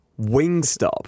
Wingstop